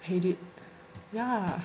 headache yeah